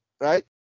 right